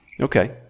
Okay